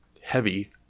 heavy